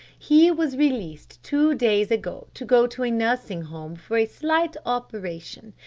he was released two days ago to go to a nursing home for a slight operation.